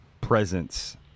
presence